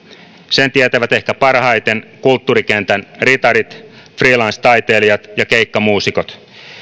sen tietävät ehkä parhaiten kulttuurikentän ritarit freelance taiteilijat ja keikkamuusikot